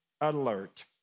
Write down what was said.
alert